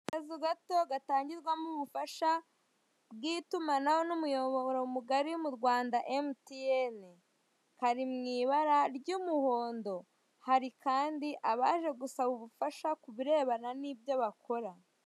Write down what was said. Akazu gato gatangirwamo ubufasha bw'itumanaho n'umuyoboro mugari mu Rwanda emutiyene, kari mu ibara ry'umuhondo, hari kandi abaje gusaba ubufasha ku birebana n'ibyo bakora.